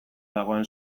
dagoen